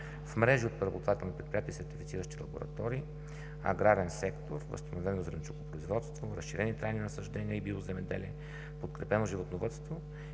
в мрежи от преработвателни предприятия и сертифициращи лаборатории; Аграрен сектор – възстановено зеленчукопроизводство, разширени трайни насаждения и биоземеделие, подкрепено животновъдство;